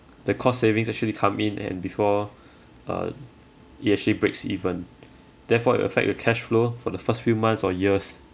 the cost savings actually come in and before uh it actually breaks even therefore it will affect the cash flow for the first few months or years